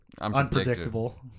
unpredictable